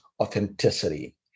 authenticity